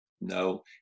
No